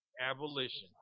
abolition